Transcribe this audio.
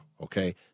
Okay